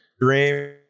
dream